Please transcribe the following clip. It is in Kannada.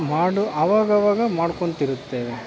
ಮಾಡು ಅವಾಗವಾಗ ಮಾಡಿಕೊಂತಿರುತ್ತೇವೆ